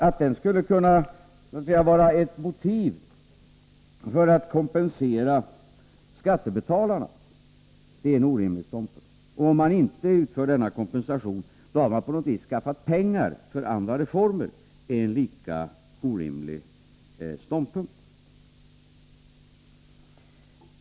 Att den skulle kunna så att säga vara ett motiv för att kompensera skattebetalarna är en orimlig ståndpunkt, och att man, om man inte genomför denna kompensation, på något vis har skaffat pengar för andra reformer är en lika orimlig ståndpunkt.